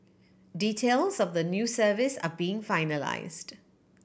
details of the new service are being finalised